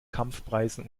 kampfpreisen